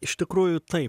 iš tikrųjų taip